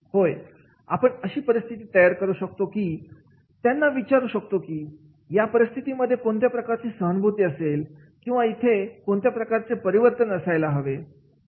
होय आपण अशी परिस्थिती तयार करू शकतो आणि त्यांना विचारू शकतो की या परिस्थितीमध्ये कोणत्या प्रकारची सहानुभूती असेल किंवा इथे कोणत्या प्रकारचे परावर्तित असायला पाहिजे